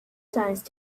science